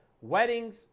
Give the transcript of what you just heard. weddings